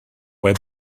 web